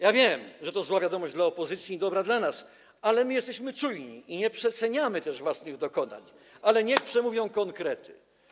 Ja wiem, że to zła wiadomość dla opozycji i dobra dla nas, ale my jesteśmy czujni i nie przeceniamy też własnych dokonań, ale niech przemówią konkrety.